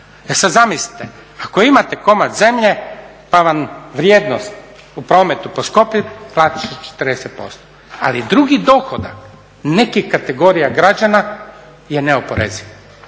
E sad zamislite, ako imate komad zemlje pa vam vrijednost u prometu poskupi platit ćete 40%. Ali drugi dohodak nekih kategorija građana je neoporeziv,